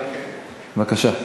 בבקשה.